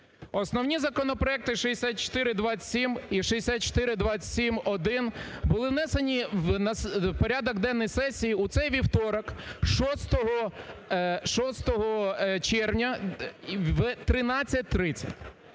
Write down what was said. Основні законопроекти 6427 і 6427-1 були внесені в порядок денний сесії у цей вівторок 6 червня в 13.30.